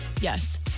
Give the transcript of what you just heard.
Yes